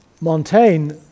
Montaigne